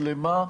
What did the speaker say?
שלמה,